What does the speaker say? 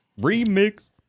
Remix